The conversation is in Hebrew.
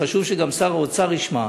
חשוב שגם שר האוצר ישמע: